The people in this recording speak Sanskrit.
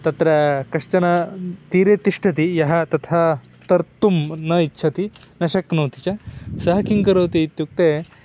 तत्र कश्चन तीरे तिष्ठति यः तथा तर्तुं न इच्छति न शक्नोति च सः किं करोति इत्ययुक्ते